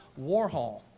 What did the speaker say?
Warhol